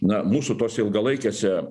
na mūsų tose ilgalaikėse